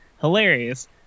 hilarious